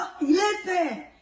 listen